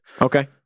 Okay